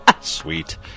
Sweet